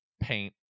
paint